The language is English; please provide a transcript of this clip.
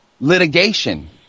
litigation